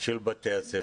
של בתי הספר.